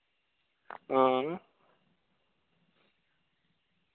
हां